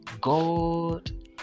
God